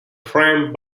framed